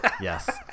yes